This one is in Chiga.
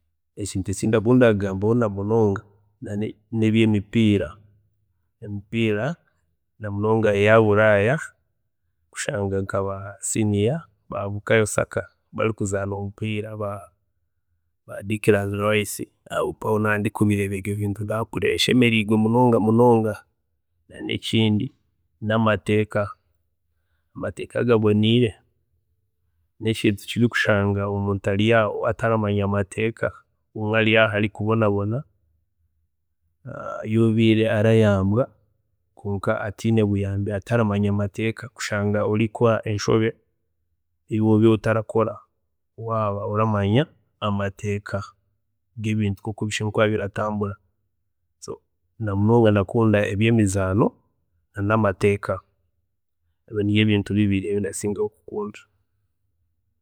Ekintu ekindakunda kugambaho namunonga, nebyemipiira, ebyemipiira namunonga eya buraaya kushanga nka ba senior, ba bukayo saka barikuzaana omupiira, ba- ba Ikland rice aho mpaho naaba ndi kubireeba ebyo bintu ndaba mpuriire ndi kurungi munonga munonga, na nekindi, namateeka, amateeka gaboniire, nekintu kibi kushanga omuntu ari aho ataramanya mateeka bumwe ari aho ari kubonabona, yobiire arayambwa kwonka atiine buyambi ataramanya mateeka, kushanga orikukora enshobe eyi wobiire otarakora waaba oramanya amateeka gebintu nkoku bishemeriire kuba biratambura, so namunonga ndakunda ebyemizaano na namateeka, ebyo niby bintu bibiri ebi ndasingayo kukunda